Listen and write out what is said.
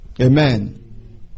Amen